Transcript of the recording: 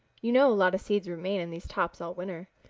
you know a lot of seeds remain in these tops all winter.